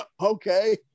Okay